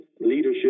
Leadership